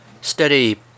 steady